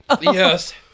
Yes